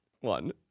One